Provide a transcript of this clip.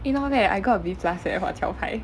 eh not bad leh I got B plus for 桥牌